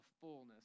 fullness